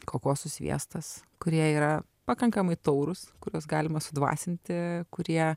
kokosų sviestas kurie yra pakankamai taurūs kuriuos galima sudvasinti kurie